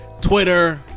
twitter